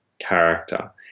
character